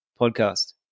podcast